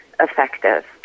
effective